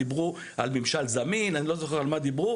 דיברו על ממשל זמין, אני לא זוכר על מה דיברו.